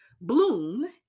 bloom